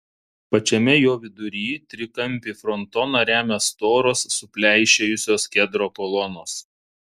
pačiame jo vidury trikampį frontoną remia storos supleišėjusios kedro kolonos